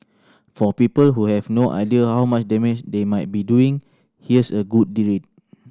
for people who have no idea how much damage they might be doing here's a good read